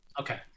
Okay